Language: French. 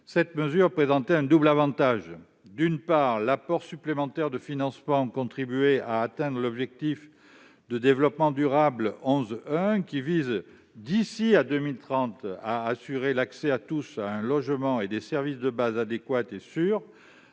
Cette mesure présentait un double avantage. D'une part, l'apport supplémentaire de financement contribuait à atteindre l'objectif de développement durable 11 qui vise, d'ici à 2030, à assurer l'accès de tous à un logement et des services de base adéquats et sûrs